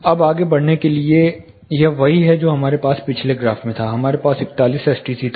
अब आगे बढ़ाने के लिए यह वही है जो हमारे पास पिछले ग्राफ में था हमारे पास 41 एसटीसी था